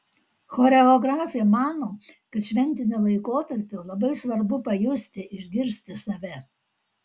choreografė mano kad šventiniu laikotarpiu labai svarbu pajusti išgirsti save